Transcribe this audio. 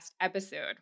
episode